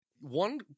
One